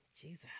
jesus